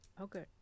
okay